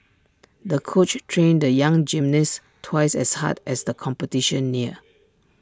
the coach trained the young gymnast twice as hard as the competition neared